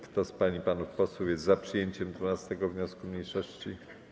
Kto z pań i panów posłów jest za przyjęciem 12. wniosku mniejszości?